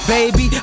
Baby